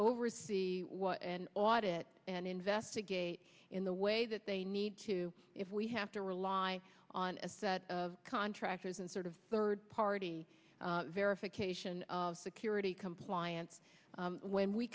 oversee and audit and investigate in the way that they need to if we have to rely on a set of contractors and sort of third party verification of security compliance when we